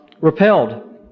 repelled